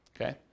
Okay